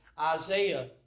Isaiah